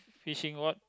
fishing rod